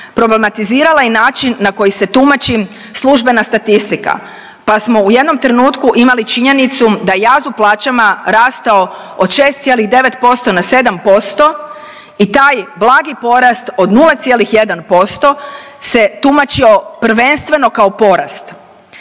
problematizirala i način na koji se tumači službena statistika pa smo u jednom trenutku imali činjenicu da je jaz u plaćama rastao od 6,9% na 7% i taj blagi porast od 0,1% se tumačio prvenstveno kao porast.